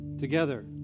together